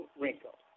wrinkle